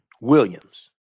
Williams